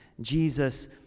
jesus